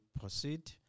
proceed